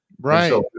Right